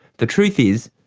the truth is,